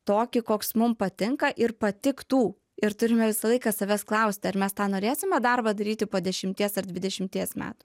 tokį koks mum patinka ir patiktų ir turime visą laiką savęs klausti ar mes norėsime darbą daryti po dešimties ar dvidešimties metų